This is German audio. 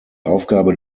aufgabe